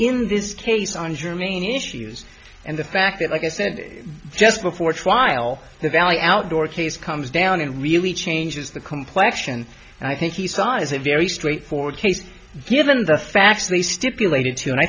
in this case on germane issues and the fact that like i said just before trial the valley outdoor case comes down and really changes the complection and i think he sighs a very straightforward case given the facts they stipulated to and i